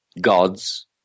gods